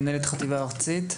מנהלת חטיבה ארצית.